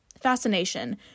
fascination